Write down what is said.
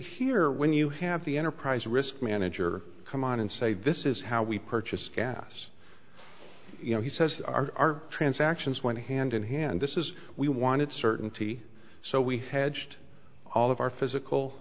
here when you have the enterprise risk manager come on and say this is how we purchase gas you know he says our transactions went hand in hand this is we wanted certainty so we hedged all of our physical